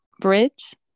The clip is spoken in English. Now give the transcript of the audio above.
bridge